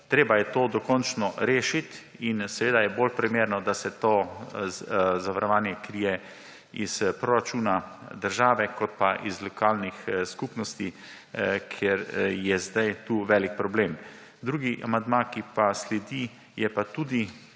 Treba je to dokončno rešiti in seveda je bolj primerno, da se to zavarovanje krije iz proračuna države kot pa iz lokalnih skupnosti, ker je sedaj tu velik problem. Drugi amandma, ki pa sledi, je pa tudi